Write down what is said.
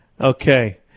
Okay